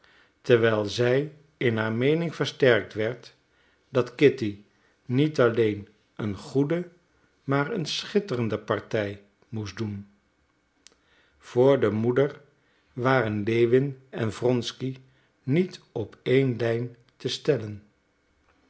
terwijl zij in haar meening versterkt werd dat kitty niet alleen een goede maar een schitterende partij moest doen voor de moeder waren lewin en wronsky niet op een lijn te stellen